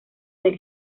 del